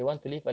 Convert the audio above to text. mm